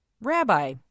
Rabbi